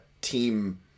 team